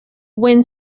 when